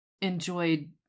enjoyed